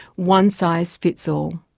one size fits all.